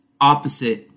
opposite